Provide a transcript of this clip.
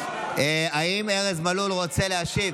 האם ארז מלול רוצה להשיב?